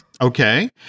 okay